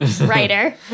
writer